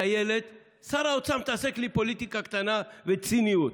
ושר האוצר מתעסק לי בפוליטיקה קטנה ובציניות.